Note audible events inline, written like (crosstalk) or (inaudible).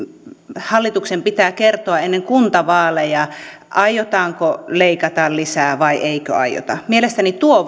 hallituksen pitää kertoa ennen kuntavaaleja aiotaanko leikata lisää vai eikö aiota mielestäni tuo (unintelligible)